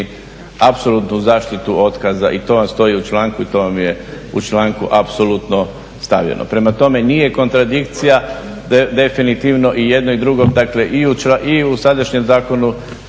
apsolutnu zaštitu otkaza i to vam stoji u članku i to vam je u članku apsolutno stavljeno. Prema tome, nije kontradikcija definitivno i jedno i drugo dakle i u sadašnjem Zakonu